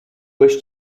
wish